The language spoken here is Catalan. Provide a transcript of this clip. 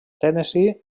tennessee